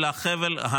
החבל,